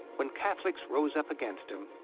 when catholics rose up against him,